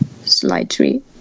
slightly